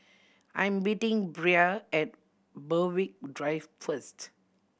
I'm meeting Brea at Berwick Drive first